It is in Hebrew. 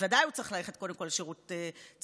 בוודאי שהוא צריך ללכת קודם כול לשירות צבאי,